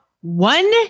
one